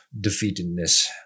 defeatedness